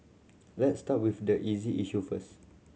let's start with the easy issue first